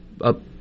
up